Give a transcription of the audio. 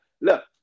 Look